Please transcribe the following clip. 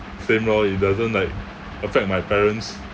same lor it doesn't like affect my parents